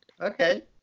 okay